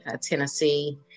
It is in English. Tennessee